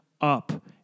up